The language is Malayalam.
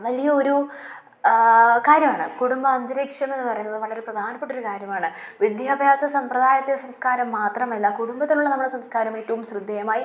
വലിയൊരു കാര്യമാണ് കുടുംബാന്തരീക്ഷം എന്നു പറയുന്നത് വളരെ പ്രധാനപ്പെട്ടൊരു കാര്യമാണ് വിദ്യാഭ്യാസ സമ്പ്രദായത്തെ സംസ്കാരം മാത്രമല്ല കുടുംബത്തിലുള്ള നമ്മുടെ സംസ്കാരമേറ്റവും ശ്രദ്ധേയമായി